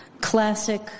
classic